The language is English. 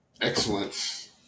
excellence